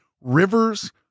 rivers